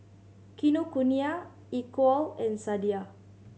Kinokuniya Equal and Sadia